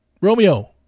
Romeo